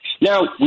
Now